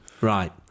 Right